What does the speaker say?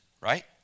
right